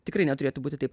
tikrai neturėtų būti taip